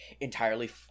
entirely